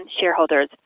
shareholders